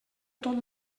tot